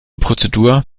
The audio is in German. prozedur